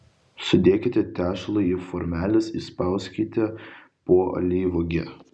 sudėkite tešlą į formeles įspauskite po alyvuogę